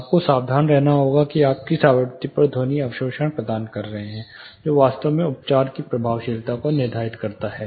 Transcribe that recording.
आपको सावधान रहना होगा कि आप किस आवृत्ति पर ध्वनि अवशोषण प्रदान कर रहे हैं जो वास्तव में उपचार की प्रभावशीलता को निर्धारित करता है